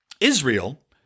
Israel